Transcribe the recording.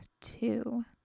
two